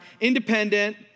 independent